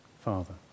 father